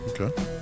Okay